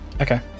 okay